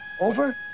Over